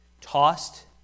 tossed